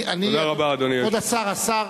תודה רבה, אדוני היושב-ראש.